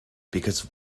because